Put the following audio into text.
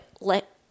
let